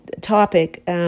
topic